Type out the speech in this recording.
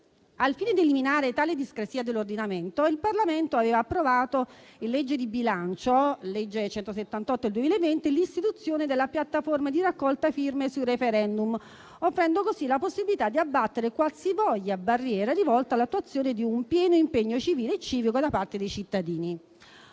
Al fine di eliminare tale discrasia dell'ordinamento, il Parlamento aveva approvato in legge di bilancio - la legge n. 178 del 2020 - l'istituzione di una piattaforma di raccolta firme sui *referendum*, offrendo così la possibilità di abbattere qualsivoglia barriera rivolta all'attuazione di un pieno impegno civile e civico da parte dei cittadini.